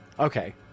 Okay